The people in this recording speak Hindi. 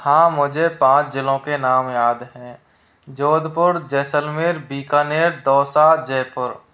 हाँ मुझे पाँच जिलों के नाम याद हैं जोधपुर जैसलमेर बीकानेर दौसा जयपुर